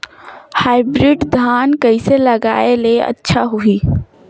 Hybrid धान कइसे लगाय ले अच्छा होही?